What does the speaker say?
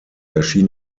erschien